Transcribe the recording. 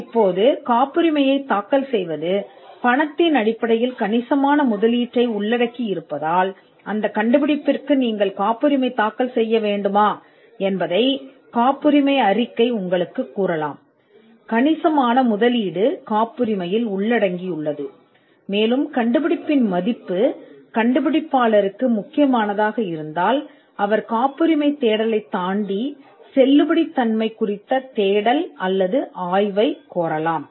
இப்போது காப்புரிமையைத் தாக்கல் செய்வது பணத்தின் அடிப்படையில் கணிசமான முதலீட்டை உள்ளடக்கியிருப்பதால் அந்த கண்டுபிடிப்பை நீங்கள் செய்ய வேண்டுமா என்பதை காப்புரிமை அறிக்கை உங்களுக்குக் கூறலாம் கணிசமான முதலீடு காப்புரிமையில் ஈடுபட்டுள்ளது மற்றும் கண்டுபிடிப்பின் மதிப்பு கண்டுபிடிப்பாளருக்கு முக்கியமானதாக இருந்தால் கண்டுபிடிப்பாளர் இருக்கலாம் காப்புரிமைத் தேடலுக்கு அப்பால் சென்று செல்லுபடியாகும் தேடல் அல்லது செல்லுபடியாகும் ஆய்வைக் கேட்கவும்